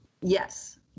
yes